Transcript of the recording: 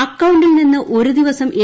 ഏ അക്കൌണ്ടിൽ നിന്ന് ഒരു ദിവസം എ